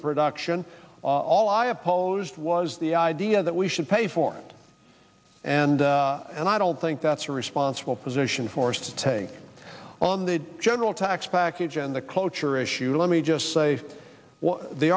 production all i opposed was the idea that we should pay for it and and i don't think that's a responsible position for us to take on the general tax package and the cloture issue let me just say the